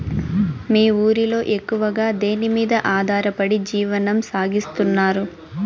మీ ఊరిలో ఎక్కువగా దేనిమీద ఆధారపడి జీవనం సాగిస్తున్నారు?